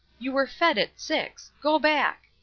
you were fed at six. go back.